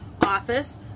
office